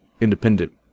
independent